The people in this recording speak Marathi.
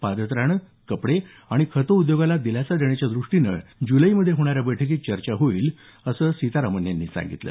पादत्राणं कपडे आणि खतं उद्योगाला दिलासा देण्याच्या दृष्टीने जुलैमधे होणाऱ्या बैठकीत चर्चा होईल असं सीतारामन यांनी सांगितलं